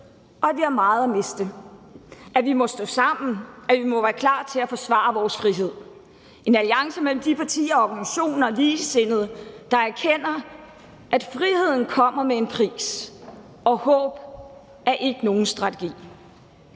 og at vi har meget at miste; der anerkender, at vi må stå sammen, og at vi må være klar til at forsvare vores frihed. Det er en alliance mellem de partier og organisationer og andre ligesindede, der erkender, at friheden kommer med en pris, og at håb ikke er nogen strategi.